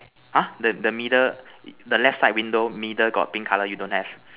!huh! the the middle the left side window middle got pink color you don't have